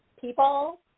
people